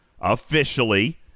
officially